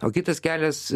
o kitas kelias